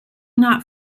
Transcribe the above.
not